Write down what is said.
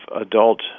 adult